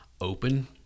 open